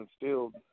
instilled